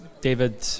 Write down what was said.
David